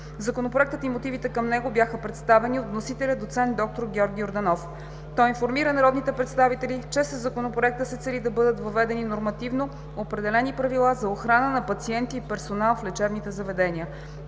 Законопроектът и мотивите към него бяха представени от вносителя доцент д-р Георги Йорданов. Той информира народните представители, че със Законопроекта се цели да бъдат въведени нормативно определени правила за охрана на пациенти и персонал в лечебните заведения.